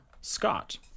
Scott